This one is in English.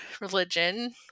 religion